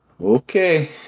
okay